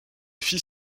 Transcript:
fils